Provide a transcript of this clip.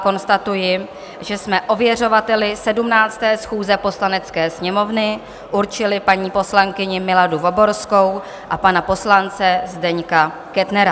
Konstatuji, že jsme ověřovateli 17. schůze Poslanecké sněmovny určili paní poslankyni Miladu Voborskou a pana poslance Zdeňka Kettnera.